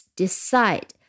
decide